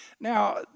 Now